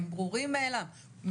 הם ברורים מאליהם,